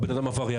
הבן אדם עבריין".